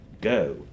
Go